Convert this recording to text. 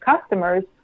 customers